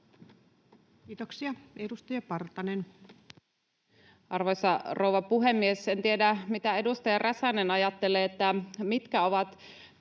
Time: 22:51 Content: Arvoisa rouva puhemies! En tiedä, mitä edustaja Räsänen ajattelee siitä, mitkä ovat